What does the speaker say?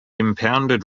impounded